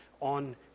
on